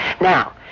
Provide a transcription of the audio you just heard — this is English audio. Now